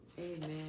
Amen